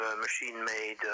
machine-made